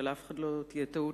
שלאף אחד לא תהיה טעות,